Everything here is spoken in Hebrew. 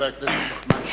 חבר הכנסת נחמן שי.